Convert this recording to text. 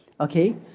okay